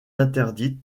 interdite